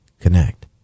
connect